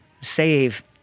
save